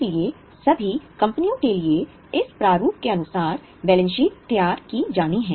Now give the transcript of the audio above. इसलिए सभी कंपनियों के लिए इस प्रारूप के अनुसार बैलेंस शीट तैयार की जानी है